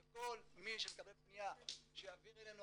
שכל מי שמקבל פניה יעביר אלינו,